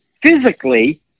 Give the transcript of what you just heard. physically